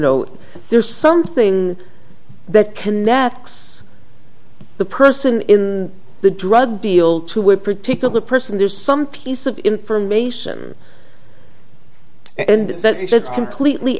know there's something that connects the person in the drug deal to with particular person there's some piece of information and that it's completely